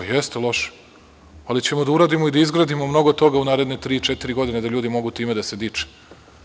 Jeste, loše je, ali ćemo da uradimo i da izgradimo mnogo toga u naredne tri ili četiri godine da ljudi mogu time da se diče.